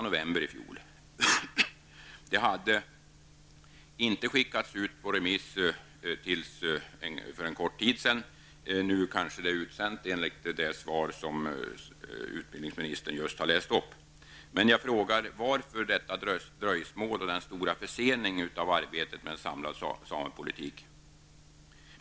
Det hade ännu inte skickats ut på remiss för en kort tid sedan. Nu kanske det är utsänt att döma av det svar som utbildningsministern just har läst upp. Men jag frågar: Varför detta dröjsmål och den stora försening av arbetet med en samlad samepolitik?